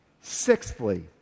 Sixthly